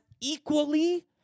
equally